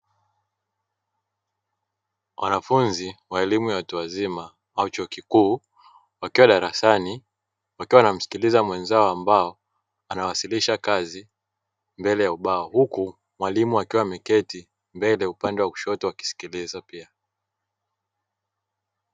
Wanafunzi wa elimu ya watu wazima, au chuo kikuu, wakiwa darasani wakiwa wanamsikiliza mwenzao ambaye anawasilisha kazi mbele ya ubao, huku mwalimu akiwa ameketi mbele upande wa kushoto akisikiliza pia.